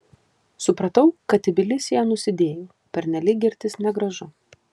supratau kad tbilisyje nusidėjau pernelyg girtis negražu